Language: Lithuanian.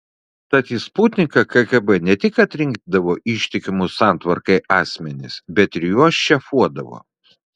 tad į sputniką kgb ne tik atrinkdavo ištikimus santvarkai asmenis bet ir juos šefuodavo